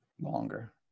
longer